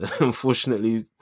Unfortunately